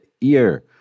ear